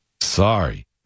Sorry